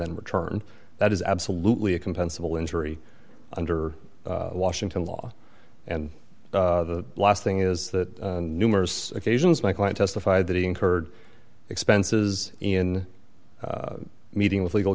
then return that is absolutely a compensable injury under washington law and the last thing is that numerous occasions my client testified that he incurred expenses in meeting with legal